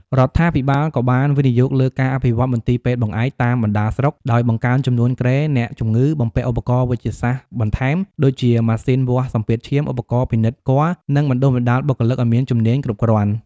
រដ្ឋាភិបាលក៏បានវិនិយោគលើ ការអភិវឌ្ឍមន្ទីរពេទ្យបង្អែក តាមបណ្តាស្រុក ដោយបង្កើនចំនួនគ្រែអ្នកជំងឺ បំពាក់ឧបករណ៍វេជ្ជសាស្ត្របន្ថែម ដូចជាម៉ាស៊ីនវាស់សម្ពាធឈាម ឧបករណ៍ពិនិត្យគភ៌ និងបណ្តុះបណ្តាលបុគ្គលិកឱ្យមានជំនាញគ្រប់គ្រាន់។